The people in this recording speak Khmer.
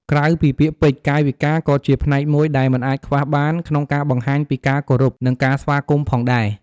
ក្រៅពីពាក្យពេចន៍ កាយវិការក៏ជាផ្នែកមួយដែលមិនអាចខ្វះបានក្នុងការបង្ហាញពីការគោរព និងការស្វាគមន៍ផងដែរ។